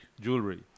Jewelry